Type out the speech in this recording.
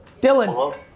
Dylan